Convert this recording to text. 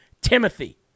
Timothy